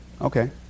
Okay